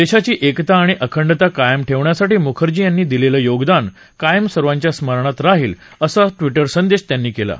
देशाची एकता आणि अखंडता कायम ठेवण्यासाठी मुखर्जी यांनी दिलेलं योगदान कायम सर्वांच्या स्मरणात राहील असं ट्वीट त्यांनी केलं आहे